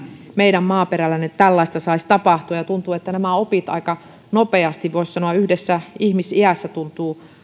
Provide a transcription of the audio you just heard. meidän maaperällämme tällaista saisi tapahtua tuntuu että nämä opit aika nopeasti voisi sanoa että yhdessä ihmisiässä